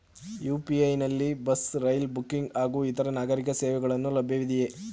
UPI ನಲ್ಲಿ bus, railway booking ಹಾಗೂ ಇತರೆ ನಾಗರೀಕ ಸೇವೆಗಳು ಲಭ್ಯವಿದೆಯೇ?